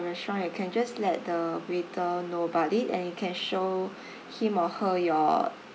restaurant you can just let the waiter know about it and you can show him or her your